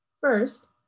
First